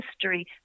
history